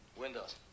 Windows